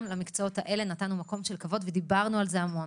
גם למקצועות הללו נתנו מקום של כבוד ודיברנו על זה המון,